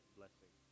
blessing